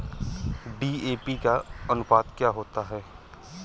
DAP का अनुपात क्या होता है?